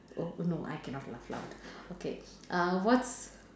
oh no I cannot laugh loud okay uh what's